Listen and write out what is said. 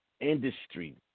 industry